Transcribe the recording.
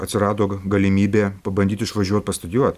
atsirado galimybė pabandyti išvažiuot pastudijuot